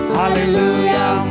hallelujah